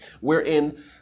wherein